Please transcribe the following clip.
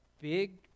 big